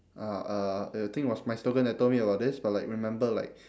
ah uh I think it was mystogan that told me about this but like remember like